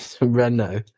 Renault